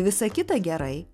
visa kita gerai